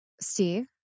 Steve